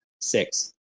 six